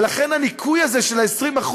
ולכן הניכוי הזה, של 20%,